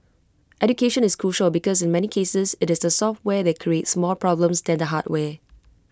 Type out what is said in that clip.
education is crucial because in many cases IT is the software that creates more problems than the hardware